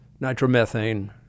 nitromethane